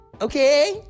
Okay